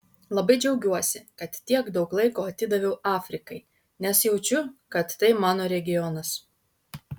labai džiaugiuosi kad tiek daug laiko atidaviau afrikai nes jaučiu kad tai mano regionas